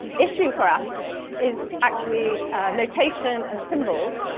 issue for us is actually notation and symbols.